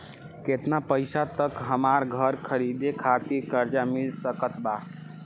केतना पईसा तक हमरा घर खरीदे खातिर कर्जा मिल सकत बा?